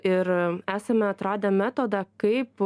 ir esame atradę metodą kaip